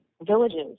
villages